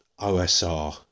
OSR